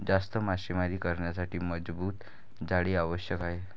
जास्त मासेमारी करण्यासाठी मजबूत जाळी आवश्यक आहे